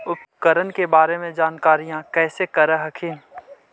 उपकरण के बारे जानकारीया कैसे कर हखिन?